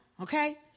okay